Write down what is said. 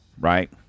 right